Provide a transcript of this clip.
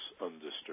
undisturbed